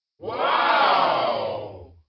Wow